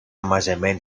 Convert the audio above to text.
μαζεμένη